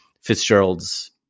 Fitzgerald's